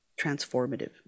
transformative